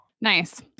nice